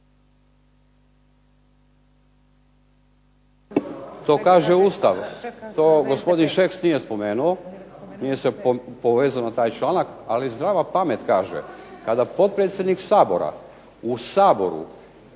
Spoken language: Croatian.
To kaže Ustav, to gospodin Šeks nije spomenuo. Nije se povezao na taj članak, ali zdrava pamet kaže kada potpredsjednik Sabora prijeti